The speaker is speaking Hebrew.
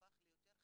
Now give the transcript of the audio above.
הפך ליותר חמור,